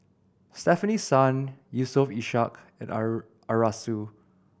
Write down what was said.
Stefanie Sun Yusof Ishak and Arasu